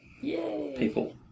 People